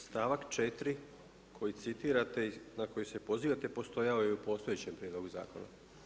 Stavak 4., koji citirate na koji se pozivate postojao je i u postojećem prijedlogu zakona.